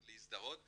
להזדהות.